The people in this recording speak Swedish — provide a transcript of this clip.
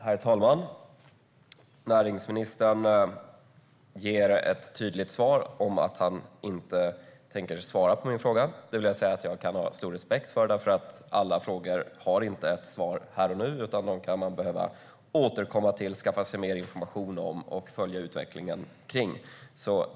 Herr talman! Näringsministern ger ett tydligt svar om att han inte tänker svara på min fråga. Det kan jag ha stor respekt för, därför att alla frågor har inte ett svar här och nu. Man kan behöva återkomma till dem, skaffa sig mer information om dem och följa utvecklingen kring dem.